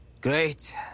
Great